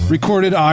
Recorded